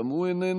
גם הוא איננו,